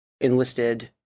enlisted